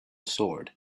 sword